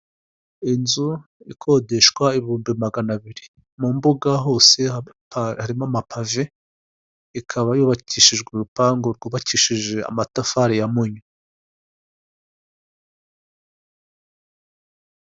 Inzu ikodeshwa ibihumbi magana abiri mu mbuga hose harimo amapave ikaba yubakishijwe urupangu rwubakishije amatafari ya munyu.